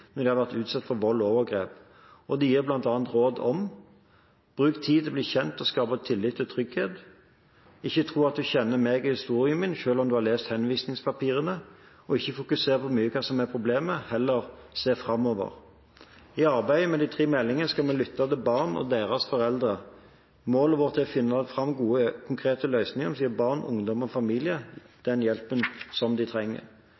de har vært utsatt for vold og overgrep, og de gir bl.a. råd som: Bruk tid til å bli kjent og skape tillit og trygghet. Ikke tro at du kjenner meg og historien min selv om du har lest henvisningspapirene. Ikke fokuser så mye på hva som er problemer – se heller framover. I arbeidet med de tre meldingene skal vi lytte til barna og til deres foreldre. Målet vårt er å finne fram til de gode konkrete løsningene som gir barn, ungdom og familier den hjelpen de trenger.